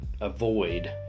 avoid